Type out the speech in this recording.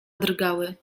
drgały